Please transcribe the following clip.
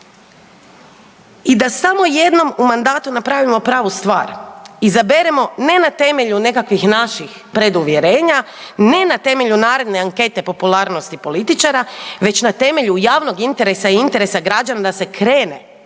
i da samo jednom u mandatu napravimo pravu stvar, izaberemo, ne na temelju nekakvih naših preduvjerenja, ne na temelju naredne ankete popularnosti političara, već na temelju javnog interesa i interesa građana da se krene